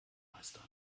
meistern